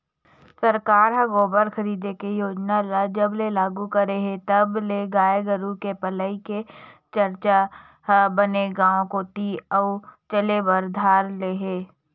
सरकार ह गोबर खरीदे के योजना ल जब ले लागू करे हे तब ले गाय गरु के पलई के चरचा ह बने गांव कोती अउ चले बर धर ले हे